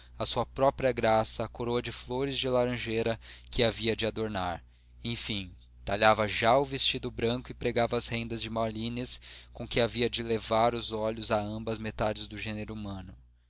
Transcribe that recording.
a sua própria graça a coroa de flores de laranjeira que a havia de adornar enfim talhava já o vestido branco e pregava as rendas de malines com que havia de levar os olhos a ambas as metades do gênero humano